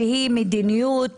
שהיא מדיניות